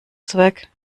zweck